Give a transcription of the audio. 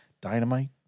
Dynamite